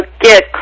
get